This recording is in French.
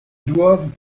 doivent